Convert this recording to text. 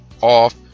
off